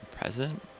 present